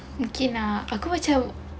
okay nah aku macam